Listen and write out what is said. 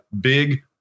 big